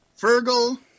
Fergal